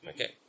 Okay